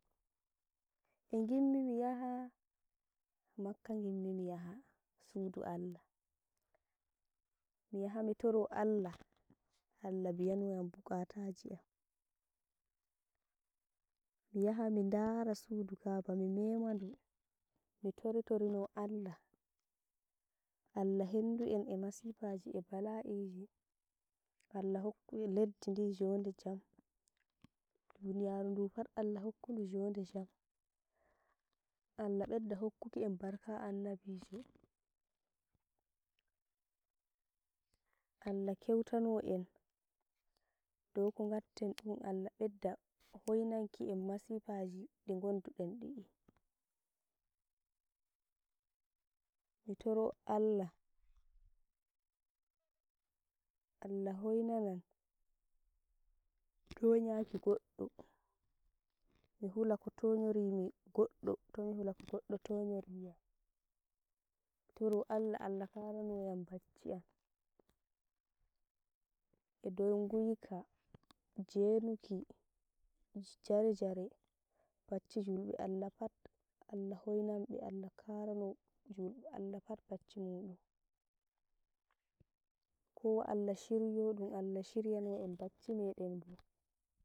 Eh ngimmi miyahaa makkah ngimmi miyahaa, suudu Allah miyahaa mitoroo Allah, Allah biyanoyam bukatajii amm. Miyaha mii ndaraa suduu ka'aba mii meemadu mii tori torino Allah, Allah hendu een masifaji eeh bala'iji, Allah hokku leddii ndi njode jam, duniyaru ndu paat Allah hokkaduu njode jam, Allah bedda hokkuki een barka Annabijo, Allah keutano een dow ko ngatten dum, Allah bedda hoinanki een masifaji ndi gonduden diii. Mii toro Allah, Allah hoina naam tonyaki godɗo, mii huula ko tonyonrimii goddo, tomii hulaa ko goddo tonyori yam, Allah karanoyam bacci aam, eeh dow nguiikaa, jeiinukiija jare-jare, bacci julbe Allah paat Allah hoinan bee, Allah karano julbe Allah paat bacci mudum kowa Allah shiryo dum Allah shiryano enn bacci meden boo.